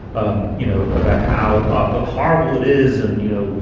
um you know, about how ah horrible it is and, you know,